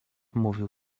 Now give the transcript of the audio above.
mówił